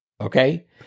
okay